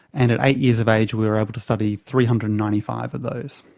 and at eight years of age we were able to study three hundred and ninety five of those.